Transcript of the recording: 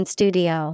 Studio